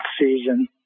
season